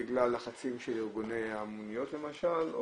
בגלל לחצים של ארגוני המוניות למשל,